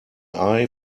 eye